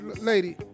Lady